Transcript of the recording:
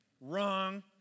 wrong